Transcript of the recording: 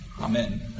Amen